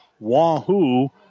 Wahoo